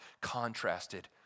contrasted